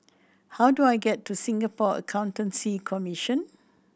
how do I get to Singapore Accountancy Commission